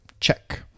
Check